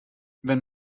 wenn